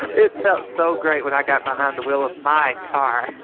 it felt so great when i got behind the wheel of my car